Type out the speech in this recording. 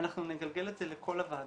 אנחנו נגלגל את זה לכל הוועדות.